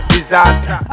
Disaster